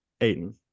Aiden